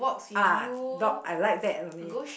ah dog I like that only